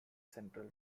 central